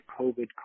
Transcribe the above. COVID